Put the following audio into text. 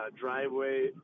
driveway